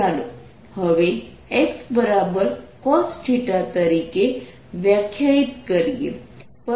ચાલો હવે xcos તરીકે વ્યાખ્યાયિત કરીએ